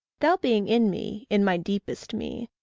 thou being in me, in my deepest me,